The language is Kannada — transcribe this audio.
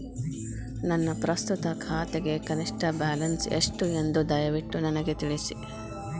ನನ್ನ ಪ್ರಸ್ತುತ ಖಾತೆಗೆ ಕನಿಷ್ಟ ಬ್ಯಾಲೆನ್ಸ್ ಎಷ್ಟು ಎಂದು ದಯವಿಟ್ಟು ನನಗೆ ತಿಳಿಸಿ